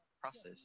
process